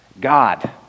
God